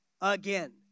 again